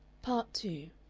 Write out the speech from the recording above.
part two